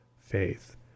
faith